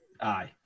Aye